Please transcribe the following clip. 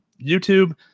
YouTube